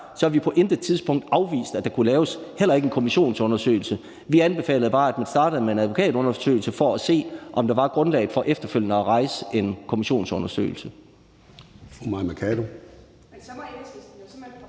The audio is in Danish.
har vi på intet tidspunkt afvist, at der også kunne laves en kommissionsundersøgelse. Vi anbefalede bare, at man startede med en advokatundersøgelse for at se, om der var grundlag for efterfølgende at rejse en kommissionsundersøgelse.